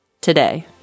today